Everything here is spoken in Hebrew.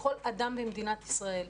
לכל אדם במדינת ישראל.